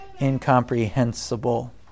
incomprehensible